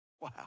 Wow